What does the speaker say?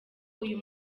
uyu